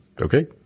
okay